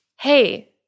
Hey